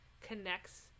connects